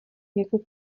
jakou